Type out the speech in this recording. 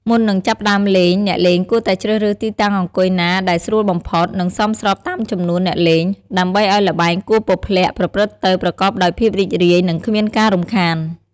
មុននឹងចាប់ផ្ដើមលេង អ្នកលេងគួរតែជ្រើសរើសទីតាំងអង្គុយណាដែលស្រួលបំផុត និងសមស្របតាមចំនួនអ្នកលេង ដើម្បីឱ្យល្បែងគោះពព្លាក់ប្រព្រឹត្តទៅប្រកបដោយភាពរីករាយ និងគ្មានការរំខាន។